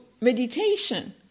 meditation